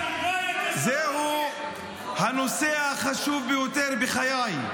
זהו הנושא החשוב ביותר בחיי.